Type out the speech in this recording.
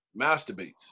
masturbates